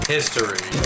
History